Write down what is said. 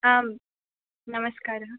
आं नमस्कारः